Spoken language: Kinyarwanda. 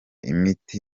imiti